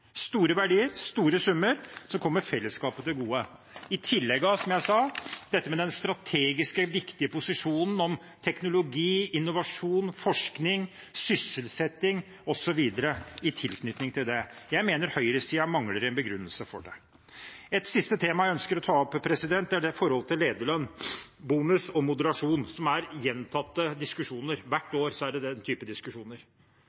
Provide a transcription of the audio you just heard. store verdier, store summer, som kommer fellesskapet til gode, i tillegg til den strategisk viktige posisjonen teknologi, innovasjon, forskning, sysselsetting osv. har i tilknytning til det. Jeg mener høyresiden mangler en begrunnelse for det. Et siste tema jeg ønsker å ta opp, er dette med lederlønn, bonus og moderasjon, som er gjenstand for gjentatte diskusjoner hvert